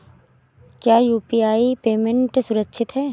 क्या UPI payment सुरक्षित है?